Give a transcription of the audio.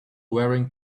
wearing